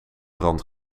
brand